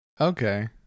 Okay